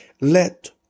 let